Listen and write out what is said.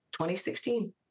2016